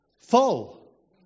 full